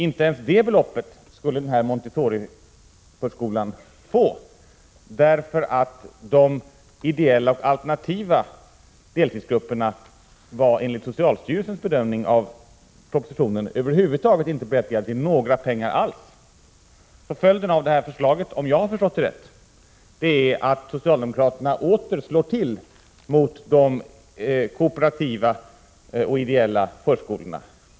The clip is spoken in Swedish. Inte ens detta belopp skulle denna Montessoriförskola få, därför att de ideella och alternativa deltidsgrupperna var enligt socialstyrelsens bedömning av propositionen över huvud taget inte berättigade att få några pengar alls. Följden av det förslaget, om jag har förstått det rätt, är att socialdemokraterna åter slår till mot de kooperativa och ideella förskolorna.